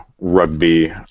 rugby